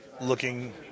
looking